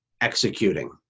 executing